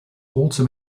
also